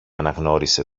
αναγνώρισε